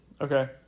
Okay